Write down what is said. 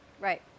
Right